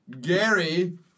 Gary